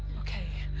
okay.